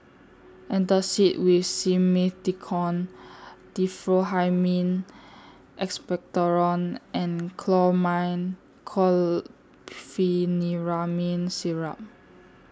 Antacid with Simethicone Diphenhydramine Expectorant and Chlormine Chlorpheniramine Syrup